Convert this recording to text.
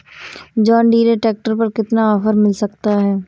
John Deere tractor पर कितना offer मिल सकता है?